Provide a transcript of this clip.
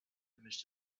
image